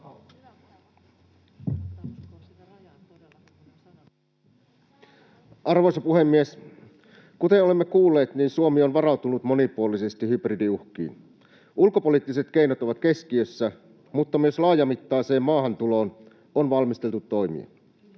Arvoisa puhemies! Kuten olemme kuulleet, Suomi on varautunut monipuolisesti hybridiuhkiin. Ulkopoliittiset keinot ovat keskiössä, mutta myös laajamittaiseen maahantuloon on valmisteltu toimia.